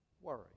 worry